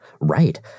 Right